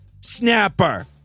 Snapper